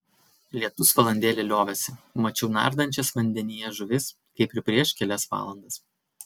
lietus valandėlę liovėsi mačiau nardančias vandenyje žuvis kaip ir prieš kelias valandas